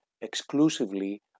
exclusively